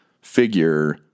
figure